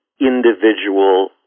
individual